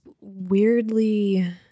weirdly